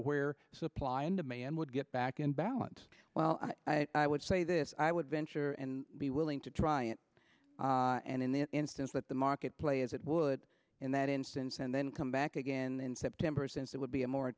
where supply and demand would get back in balance well i would say this i would venture and be willing to try it and in the instance that the market play as it would in that instance and then come back again in september since it would be a mor